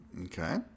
Okay